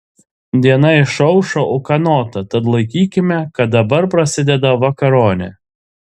diena išaušo ūkanota tad laikykime kad dabar prasideda vakaronė